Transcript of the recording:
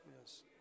Yes